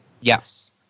Yes